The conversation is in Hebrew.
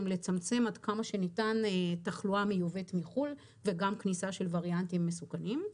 לצמצם עד כמה שניתן תחלואה מיובאת מחו"ל וגם כניסה של וריאנטים מסוכנים.